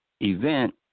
event